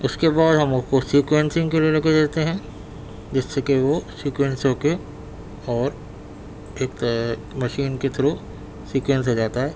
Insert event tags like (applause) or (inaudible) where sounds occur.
اس کے بعد ہم اس کو سیکوینسنگ کے لیے لے کے دے دیتے ہیں جس سے کہ وہ سیکوینس ہو کے اور (unintelligible) مشین کے تھرو سیکوینس ہو جاتا ہے